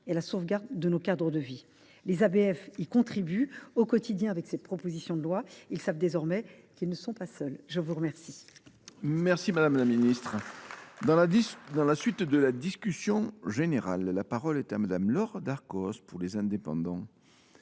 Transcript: et à la sauvegarde de nos cadres de vie. Les ABF y contribuent au quotidien. Avec cette proposition de loi, ils savent désormais qu’ils ne sont pas seuls. La parole